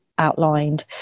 Outlined